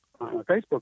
Facebook